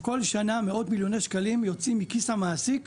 כל שנה מאות מיליוני שקלים יוצאים מכיס המעסיק